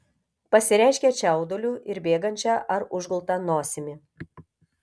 pasireiškia čiauduliu ir bėgančia ar užgulta nosimi